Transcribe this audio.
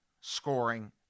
scoring